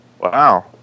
Wow